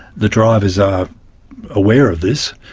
the drivers are aware of this,